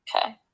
Okay